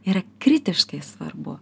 yra kritiškai svarbu